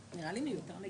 נראה לי מיותר לגמרי.